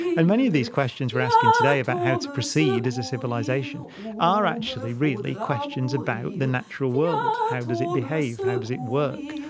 and many of these questions we are asking today about how to proceed as a civilisation are actually really questions about the natural world, how does it behave, how does it work,